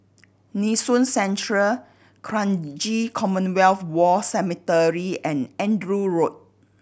Nee Soon Central Kranji Commonwealth War Cemetery and Andrew Road